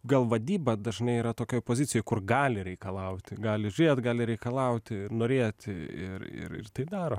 gal vadyba dažnai yra tokioj pozicijoj kur gali reikalauti gali žiūrėt gali reikalauti norėti ir ir ir tai daro